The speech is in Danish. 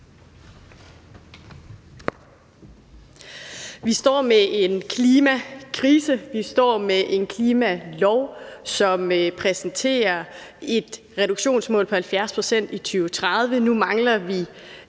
Vi står med en klimakrise. Vi står med en klimalov, som præsenterer et reduktionsmål på 70 pct. i 2030. Vi har